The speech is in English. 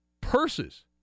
purses